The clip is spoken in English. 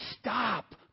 stop